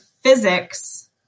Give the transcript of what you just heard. physics